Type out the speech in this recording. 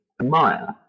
admire